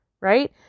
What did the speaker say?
right